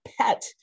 pet